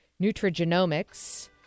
Nutrigenomics